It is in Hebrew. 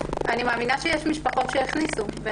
אני מאמינה שיש משפחות שהכניסו אינטרנט הביתה,